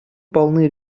полны